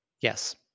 Yes